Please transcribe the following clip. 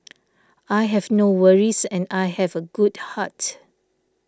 I have no worries and I have a good heart